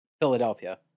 Philadelphia